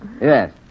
Yes